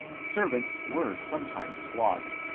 servants were sometimes flogged,